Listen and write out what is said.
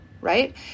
right